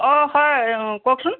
অঁ হয় কওকচোন